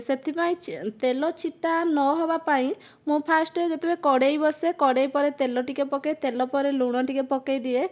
ସେଥିପାଇଁ ତେଲ ଛିଟା ନ ହେବା ପାଇଁ ମୁଁ ଫାଷ୍ଟ ଯେତେବେଳେ କଡ଼େଇ ବସେ କଡ଼େଇ ପରେ ତେଲ ଟିକିଏ ପକେଇ ତେଲ ପରେ ଲୁଣ ଟିକିଏ ପକେଇ ଦିଏ